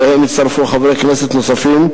ואליהם הצטרפו חברי כנסת נוספים,